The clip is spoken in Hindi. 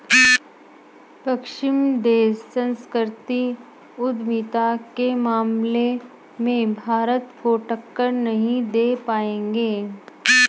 पश्चिमी देश सांस्कृतिक उद्यमिता के मामले में भारत को टक्कर नहीं दे पाएंगे